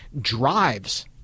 drives